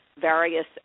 various